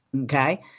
okay